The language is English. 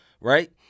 right